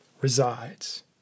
resides